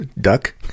Duck